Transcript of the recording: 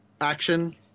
action